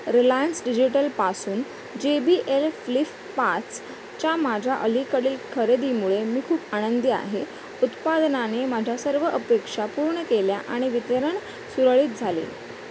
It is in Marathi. रिलायन्स डिजिटलपासून जे बी एल फ्लिफ पाचच्या माझ्या अलीकडील खरेदीमुळे मी खूप आनंदी आहे उत्पादनाने माझ्या सर्व अपेक्षा पूर्ण केल्या आणि वितरण सुरळीत झाले